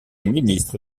ministre